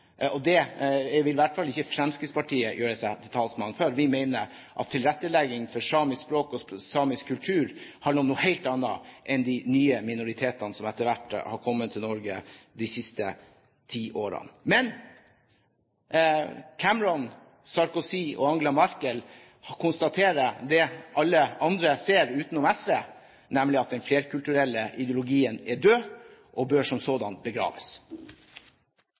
f.eks. Det vil i hvert fall ikke Fremskrittspartiet gjøre seg til talsmann for. Vi mener at tilrettelegging for samisk språk og samisk kultur handler om noe helt annet enn de nye minoritetene som etter hvert har kommet til Norge de siste ti årene. Men Cameron, Sarkozy og Angela Merkel konstaterer det alle andre ser utenom SV, nemlig at den flerkulturelle ideologien er død, og bør som sådan begraves.